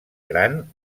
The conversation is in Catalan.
gran